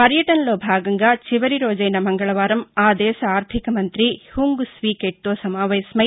పర్యటనలో భాగంగా చివరి రోజైన మంగళవారం ఆ దేశ ఆర్దిక మంతి హుంగ్ స్వీకేట్తో సమావేశమై